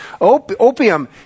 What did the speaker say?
opium